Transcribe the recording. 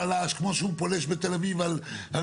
פלש כמו שהוא פולש בתל אביב למבנה,